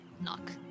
knock